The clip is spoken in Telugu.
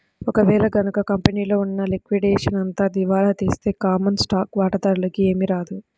ఒక వేళ గనక కంపెనీలో ఉన్న లిక్విడేషన్ అంతా దివాలా తీస్తే కామన్ స్టాక్ వాటాదారులకి ఏమీ రాదు